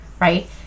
right